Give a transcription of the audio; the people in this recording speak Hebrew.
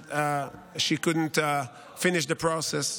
she couldn’t finish the process.